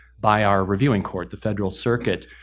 by our reviewing court. the federal circuit.